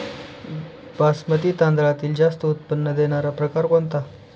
बासमती तांदळातील जास्त उत्पन्न देणारा प्रकार कोणता?